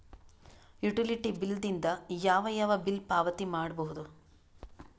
Utility bill ದಿಂದ ಯಾವ ಯಾವ ಬಿಲ್ ಪಾವತಿ ಮಾಡಬಹುದು?